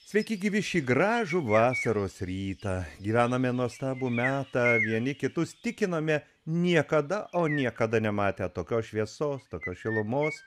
sveiki gyvi šį gražų vasaros rytą gyvenome nuostabų metą vieni kitus tikinome niekada o niekada nematę tokios šviesos tokios šilumos